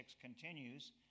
continues